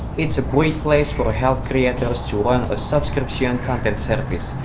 it's a great place for help creators to run a subscription content service.